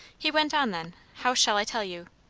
he went on then how shall i tell you?